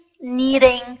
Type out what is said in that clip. needing